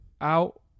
out